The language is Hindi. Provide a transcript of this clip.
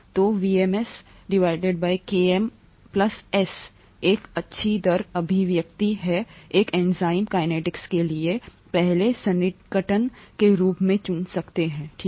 तो VmS Km S एक अच्छी दर अभिव्यक्ति है एक एंजाइम कैनेटीक्स के लिए पहले सन्निकटन के रूप में चुन सकता है ठीक है